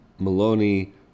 Maloney